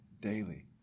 daily